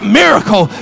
miracle